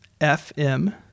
FM